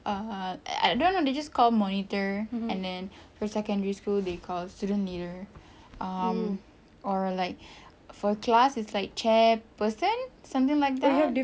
uh I don't know they just call monitor and then secondary school they call student leader um or like for a class it's like chairperson something like that